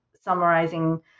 summarizing